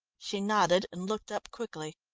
she nodded, and looked up quickly.